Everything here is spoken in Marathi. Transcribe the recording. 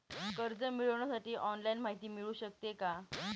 कर्ज मिळविण्यासाठी ऑनलाईन माहिती मिळू शकते का?